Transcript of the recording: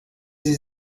sie